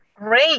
great